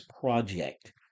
Project